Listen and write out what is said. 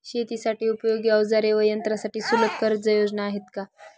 शेतीसाठी उपयोगी औजारे व यंत्रासाठी सुलभ कर्जयोजना आहेत का?